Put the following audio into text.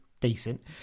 decent